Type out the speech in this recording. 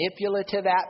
manipulative